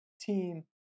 team